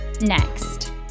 Next